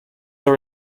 are